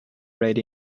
red